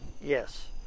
Yes